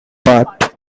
part